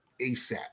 ASAP